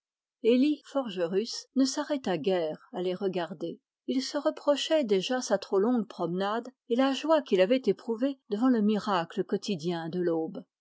élie forgerus ne s'arrêta guère à les regarder il se reprochait déjà sa trop longue promenade et la joie qu'il avait éprouvée devant le miracle quotidien de l'aube